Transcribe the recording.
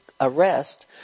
arrest